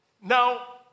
Now